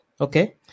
okay